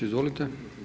Izvolite.